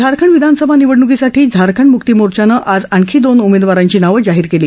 झारखंड विधानसभा निवडण्कीसाठी झारखंड म्क्ती मोर्चानं आज आणखी दोन उमेदवारांची नावं जाहीर केली